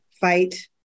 fight